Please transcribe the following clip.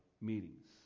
meetings